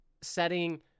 setting